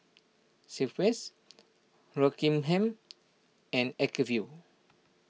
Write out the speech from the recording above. Schweppes Rockingham and Acuvue